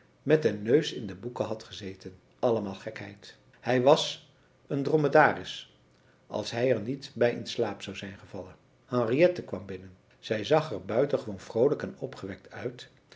met den neus in de boeken had gezeten allemaal gekheid hij was een dromedaris als hij er niet bij in slaap zou zijn gevallen henriette kwam binnen zij zag er buitengewoon vroolijk en opgewekt uit